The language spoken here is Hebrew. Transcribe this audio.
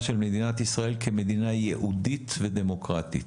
של מדינת ישראל כמדינה יהודית ודמוקרטית,